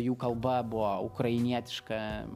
jų kalba buvo ukrainietiška